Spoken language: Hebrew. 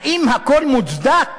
האם הכול מוצדק